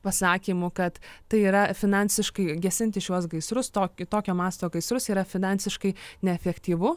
pasakymų kad tai yra finansiškai gesinti šiuos gaisrus tokį tokio masto gaisrus yra finansiškai neefektyvu